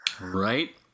Right